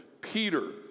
Peter